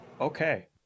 Okay